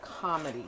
comedy